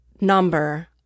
number